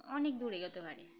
অনেক দূরে এগোতে পারে